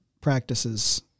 practices